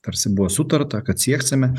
tarsi buvo sutarta kad sieksime